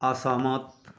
असहमत